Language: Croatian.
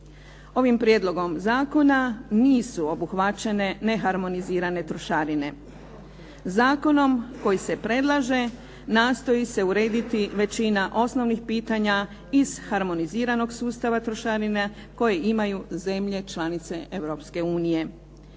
Ovim prijedlogom zakona nisu obuhvaćene neharmonizirane trošarine. Zakonom koji se predlaže nastoji se urediti većina osnovnih pitanja iz harmoniziranog sustava trošarina koji imaju zemlje članice